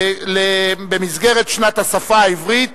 במסגרת שנת השפה העברית